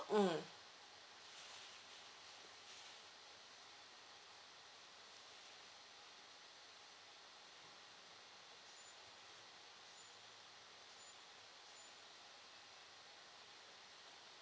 mm